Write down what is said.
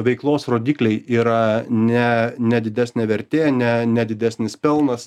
veiklos rodikliai yra ne ne didesnė vertė ne ne didesnis pelnas